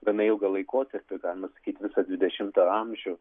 gana ilgą laikotarpį galima sakyti visą dvidešimtą amžių